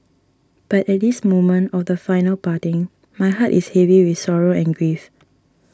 but at this moment of the final parting my heart is heavy with sorrow and grief